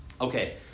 Okay